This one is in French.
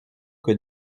que